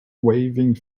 waving